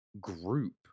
group